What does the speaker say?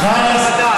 בזכות המדד.